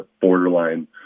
borderline